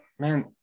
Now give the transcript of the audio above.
man